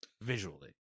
Visually